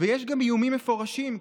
ויש גם איומים מפורשים,